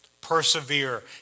Persevere